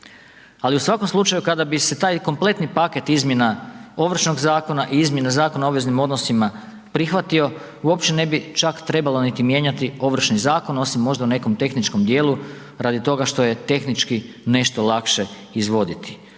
ali u svakom slučaju kada bi se taj kompletni paket izmjena Ovršnog zakona i izmjene Zakona o obveznim odnosima prihvatio, uopće ne bi čak trebalo niti mijenjati Ovršni zakon, osim možda u nekom tehničkom dijelu radi toga što je tehnički nešto lakše izvoditi.